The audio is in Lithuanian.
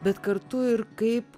bet kartu ir kaip